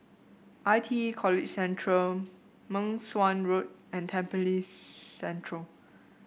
I T E College Central Meng Suan Road and Tampines Central